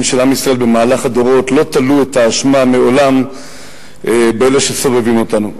של עם ישראל במהלך הדורות מעולם לא תלו את האשמה באלה שסובבים אותנו.